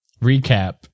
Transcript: recap